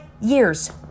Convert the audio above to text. years